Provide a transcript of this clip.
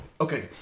Okay